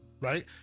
right